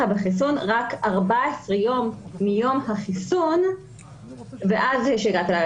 בחיסון רק 14 יום מיום החיסון ואז תהיה השאלה,